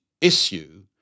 issue